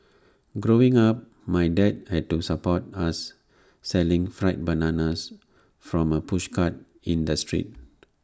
growing up my dad had to support us selling fried bananas from A pushcart in the street